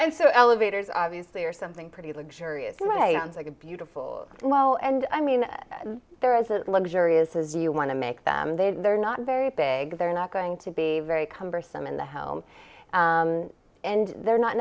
and so elevators obviously are something pretty luxurious and items like a beautiful well and i mean there is a luxurious as you want to make them they they're not very big they're not going to be very cumbersome in the home and they're not